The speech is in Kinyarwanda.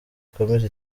ikomeza